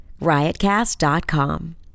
RiotCast.com